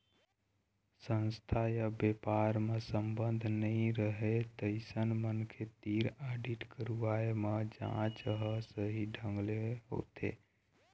संस्था य बेपार म संबंध नइ रहय तइसन मनखे तीर आडिट करवाए म जांच ह सही ढंग ले होथे